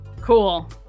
cool